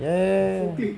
ya ya ya ya ya